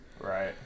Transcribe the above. Right